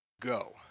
Go